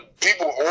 people